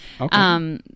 Okay